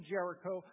Jericho